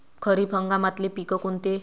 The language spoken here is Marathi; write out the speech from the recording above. खरीप हंगामातले पिकं कोनते?